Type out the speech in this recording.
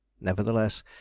Nevertheless